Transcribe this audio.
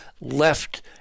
left